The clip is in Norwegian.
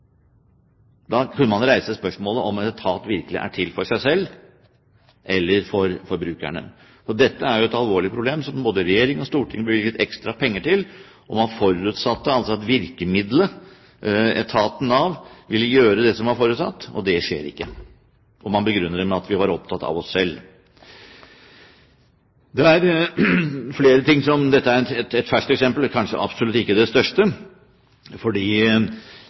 Da kunne man jo reise spørsmålet om en etat virkelig er til for seg selv eller for brukerne. Dette er et alvorlig problem som både regjering og storting bevilget ekstra penger til, og man forutsatte altså at virkemiddelet etaten Nav ville gjøre det som var forutsatt. Det skjer ikke, og man begrunner det med at man var opptatt av seg selv. Dette er et ferskt eksempel og kanskje absolutt ikke det største.